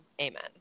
Amen